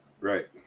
Right